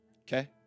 okay